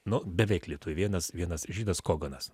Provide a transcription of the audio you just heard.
nu beveik lietuviai vienas vienas žydas koganas